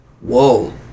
whoa